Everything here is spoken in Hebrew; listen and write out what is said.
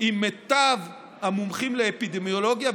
עם מיטב המומחים לאפידמיולוגיה,